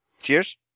Cheers